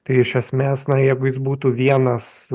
tai iš esmės na jeigu jis būtų vienas